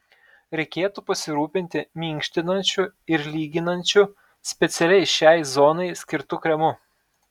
reikėtų pasirūpinti minkštinančiu ir lyginančiu specialiai šiai zonai skirtu kremu